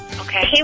okay